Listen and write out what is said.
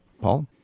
Paul